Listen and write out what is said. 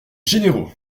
généraux